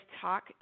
talk